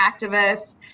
activists